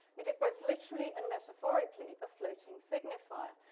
it is both literally and metaphorically, a floating signifier.